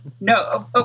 no